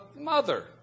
mother